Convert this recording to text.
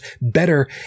better